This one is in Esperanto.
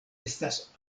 estas